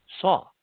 saw